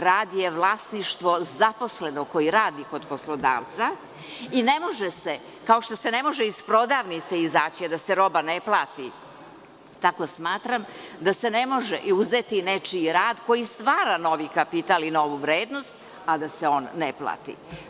Rad je vlasništvo zaposlenog koji radi kod poslodavca i ne može se, kao što se ne može iz prodavnice izaći, a da se roba ne plati, tako smatram da se ne može uzeti nečiji rad koji stvara novi kapital ili novu vrednost, a da se on ne plati.